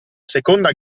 seconda